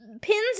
pins